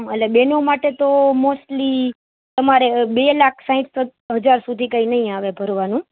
એટલે બહેનો માટે તો મોસ્ટલી તમારે બે લાખ સાઠ હજાર સુધી કંઈ નહીં આવે ભરવાનું